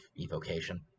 evocation